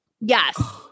yes